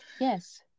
yes